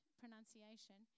pronunciation